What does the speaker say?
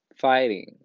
fighting